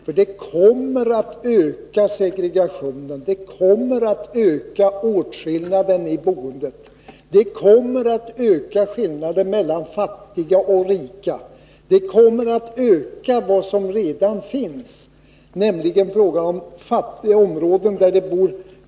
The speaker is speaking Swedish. För det kommer att öka segregationen, det kommer att öka åtskillnaden i boendet, det kommer att öka skillnaderna mellan fattiga och rika.